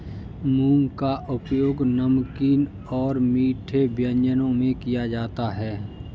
मूंग का उपयोग नमकीन और मीठे व्यंजनों में किया जाता है